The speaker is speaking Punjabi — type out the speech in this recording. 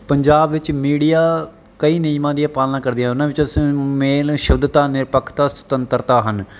ਪੰਜਾਬ ਵਿੱਚ ਮੀਡੀਆ ਕਈ ਨਿਯਮਾਂ ਦੀਆਂ ਪਾਲਣਾ ਕਰਦੀਆਂ ਉਹਨਾਂ ਵਿੱਚ ਸ ਮੇਨ ਸ਼ੁੱਧਤਾ ਨਿਰਪੱਖਤਾ ਸੁਤੰਤਰਤਾ ਹਨ